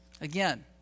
again